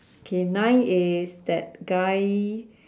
okay nine is that guy